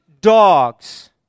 dogs